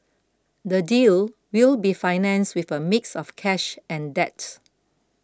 the deal will be financed with a mix of cash and debt